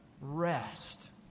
rest